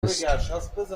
است